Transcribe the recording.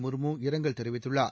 முர்மு இரங்கல் தெரிவித்துள்ளார்